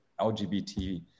LGBT